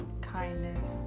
kindness